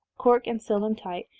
cork and seal them tight,